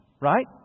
right